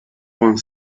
one